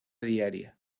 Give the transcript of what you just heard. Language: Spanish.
diaria